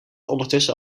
ondertussen